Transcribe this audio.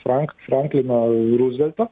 frank franklino ruzvelto